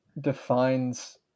defines